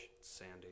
sandy